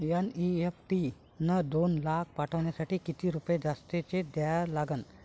NEFT न दोन लाख पाठवासाठी किती रुपये जास्तचे द्या लागन?